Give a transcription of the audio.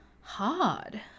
hard